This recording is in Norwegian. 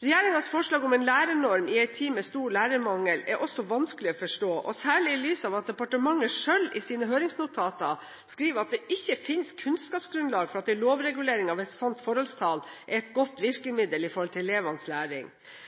Regjeringens forslag om en lærernorm – i en tid med stor lærermangel – er også vanskelig å forstå, særlig i lys av at departementet selv i sine høringsnotater skriver at det ikke finnes kunnskapsgrunnlag for at en lovregulering av et sånt forholdstall er et godt virkemiddel når det gjelder elevenes læring.